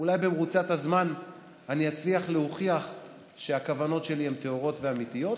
אולי במרוצת הזמן אני אצליח להוכיח שהכוונות שלי הן טהורות ואמיתיות.